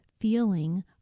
feeling